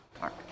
Mark